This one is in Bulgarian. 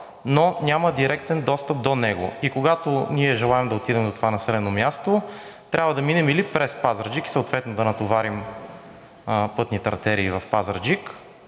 но няма директен достъп до него. Когато ние желаем да отидем до това населено място, трябва да минем или през Пазарджик и съответно да натоварим пътните артерии в Пазарджик